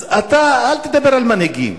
אז אתה אל תדבר על מנהיגים.